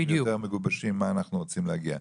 יותר מגובשים מה אנחנו רוצים להגיע.